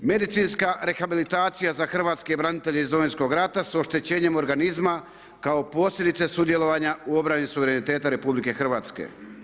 Medicinska rehabilitacija za hrvatske branitelje iz Domovinskog rata s oštećenjem organizma kao posljedice sudjelovanja u obrani suvereniteta Republike Hrvatske.